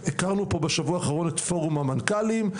הכרנו פה בשבוע האחרון את פורום המנכ"לים,